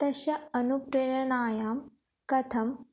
तस्य अनुप्रेरणायां कथम्